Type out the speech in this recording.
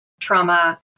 trauma